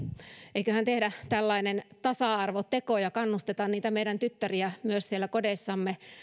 eiköhän tehdä tällainen tasa arvoteko ja kannusteta niitä meidän tyttäriä myös siellä kodeissamme